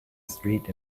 street